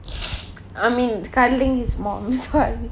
I mean cuddling his mom so I'm